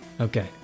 Okay